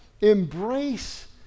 embrace